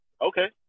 Okay